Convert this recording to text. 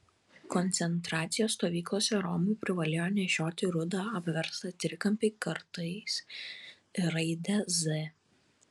koncentracijos stovyklose romai privalėjo nešioti rudą apverstą trikampį kartais raidę z